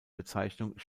bezeichnung